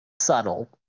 subtle